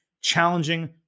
challenging